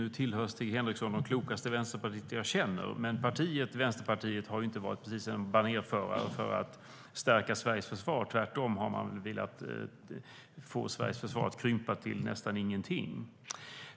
Stig Henriksson hör till de klokaste vänsterpartister jag känner, men Vänsterpartiet har inte precis varit en banerförare för att stärka Sveriges försvar. Tvärtom har man velat krympa Sveriges försvar till nästan ingenting.